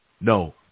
No